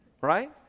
right